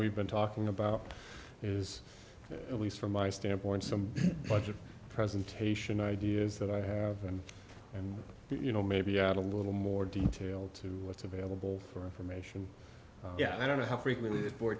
we've been talking about is at least from my standpoint some budget presentation ideas that i haven't and you know maybe add a little more detail to what's available for information yet i don't know how frequently this bo